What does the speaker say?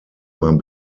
man